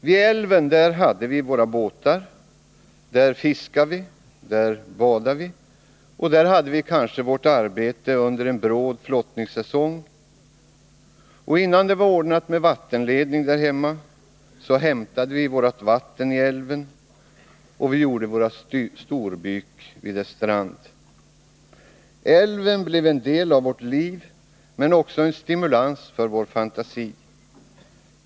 Vid älven hade vi våra båtar, där fiskade vi, där badade vi och där hade vi kanske vårt arbete under en bråd flottningssäsong. Innan det var ordnat med vattenledning där hemma, hämtade vi vårt vatten i älven och gjorde våra storbyk vid dess strand. Älven blev en del av vårt liv, men också en stimulans för vår fantasi.